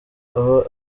aho